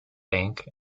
bank